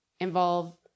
involve